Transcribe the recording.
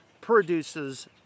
produces